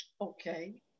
Okay